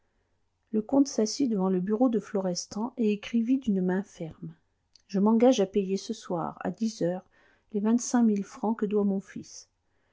le comte s'assit devant le bureau de florestan et écrivit d'une main ferme je m'engage à payer ce soir à dix heures les vingt-cinq mille francs que doit mon fils